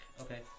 Okay